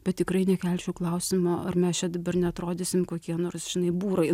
bet tikrai nekelčiau klausimo ar mes čia dabar neatrodysim kokie nors žinai būrai